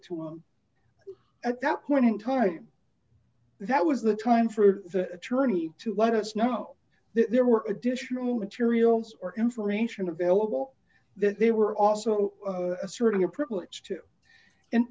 to him at that point entirely that was the time for the attorney to let us know there were additional materials or information available that they were also asserting a privilege to and